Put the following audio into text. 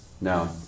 No